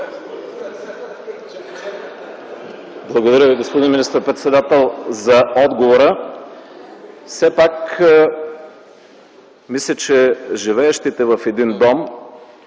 Благодаря Ви, господин министър-председател за отговора. Все пак мисля, че живеещите в един дом